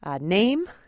name